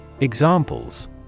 Examples